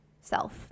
self